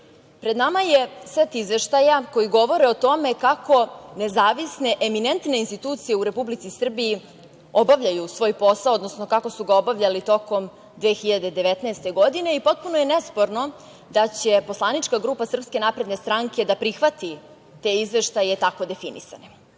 nama je set izveštaja koji govore o tome kako nezavisne eminentne institucije u Republici Srbiji obavljaju svoj posao, odnosno kako su ga obavljali tokom 2019. godine i potpuno je nesporno da će poslanička grupa SNS da prihvati te izveštaje tako definisane.Međutim,